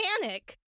panic